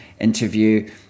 interview